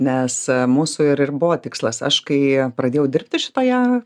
nes mūsų ir ir buvo tikslas aš kai pradėjau dirbti šitoje